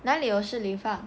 哪里有 Shi Li Fang